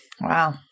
Wow